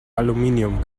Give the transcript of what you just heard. aluminium